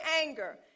anger